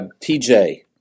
TJ